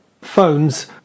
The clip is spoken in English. phones